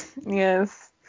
yes